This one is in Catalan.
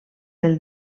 del